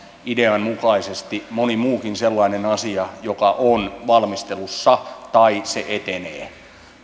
idean mukaisesti moni muukin sellainen asia joka on valmistelussa tai se etenee